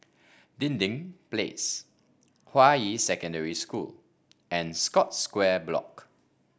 Dinding Place Hua Yi Secondary School and Scotts Square Block